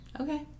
Okay